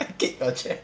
I kicked your chair